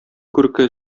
күрке